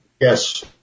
Yes